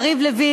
יריב לוין,